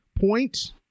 point